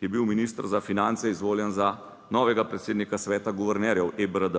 je bil minister za finance izvoljen za novega predsednika sveta guvernerjev EBRD.